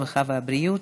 הרווחה והבריאות,